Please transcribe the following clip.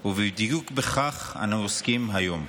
את ההרתעה, ובדיוק בכך אנו עוסקים היום.